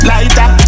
Lighter